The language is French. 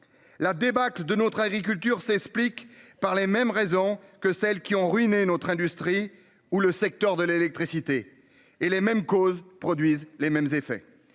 La débâcle de notre agriculture s'explique par les mêmes raisons que celles qui ont ruiné notre industrie ou le secteur de l'électricité et les mêmes causes produisent les mêmes effets.